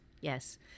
yes